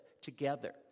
together